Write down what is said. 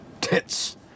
Tits